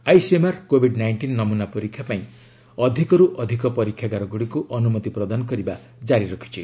ICMR Covid nineteen ନମୁନା ପରୀକ୍ଷା ପାଇଁ ଅଧିକରୁ ଅଧିକ ପରୀକ୍ଷାଗାରଗୁଡ଼ିକୁ ଅନୁମତି ପ୍ରଦାନ କରିବା ଜାରି ରଖିଛି